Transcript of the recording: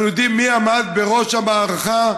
אנחנו יודעים מי עמד בראש המערכה,